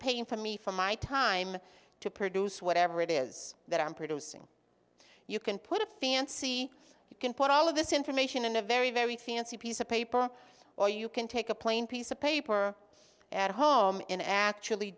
pain for me for my time to produce whatever it is that i'm producing you can put a fancy you can put all of this information in a very very fancy piece of paper or you can take a plain piece of paper at home in actually